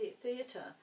Theatre